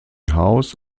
haus